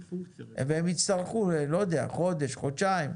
והן יצטרכו, אני לא יודע, חודש, חודשיים,